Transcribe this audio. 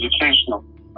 educational